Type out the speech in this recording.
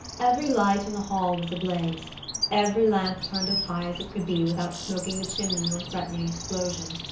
every light in the hall was ablaze every lamp turned as high as it could be without smoking the chimney or threatening explosion.